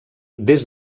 des